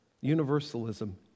Universalism